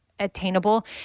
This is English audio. attainable